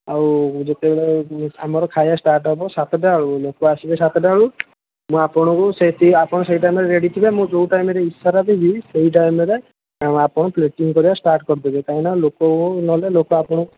ଆଉ ଯେତେବେଳେ ଆମର ଖାଇବା ଷ୍ଟାର୍ଟ୍ ହେବ ସାତଟା ବେଳକୁ ଲୋକ ଆସିବେ ସାତଟା ବେଳକୁ ମୁଁ ଆପଣଙ୍କୁ ସେଥି ଆପଣ ସେହି ଟାଇମ୍ରେ ରେଡ଼ି ଥିବେ ମୁଁ ଯେଉଁ ଟାଇମ୍ରେ ଇସାରା ଦେବି ସେହି ଟାଇମ୍ରେ ଆଉ ଆପଣ ପ୍ଲେଟିଂ କରିବା ଷ୍ଟାର୍ଟ୍ କରିଦେବେ କାଇଁକି ନା ଲୋକକୁ ନହେଲେ ଲୋକ ଆପଣଙ୍କୁ